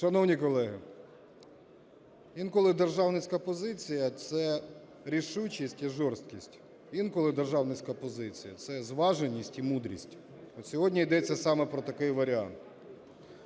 Шановні колеги, інколи державницька позиція – це рішучість і жорсткість, інколи державницька позиція – це зваженість і мудрість. Сьогодні йдеться саме про такий варіант.